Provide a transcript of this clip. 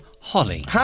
Holly